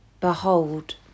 Behold